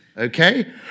Okay